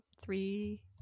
three